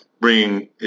bringing